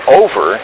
over